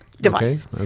device